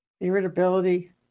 irritability